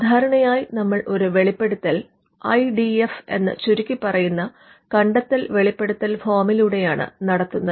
സാധാരണയായി നമ്മൾ ഒരു വെളിപ്പെടുത്തൽ ഐ ഡി എഫ് എന്ന് ചുരുക്കിപ്പറയുന്ന കണ്ടെത്തൽ വെളിപ്പെടുത്തൽ ഫോമിലൂടെയാണ് നടത്തുന്നത്